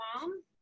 mom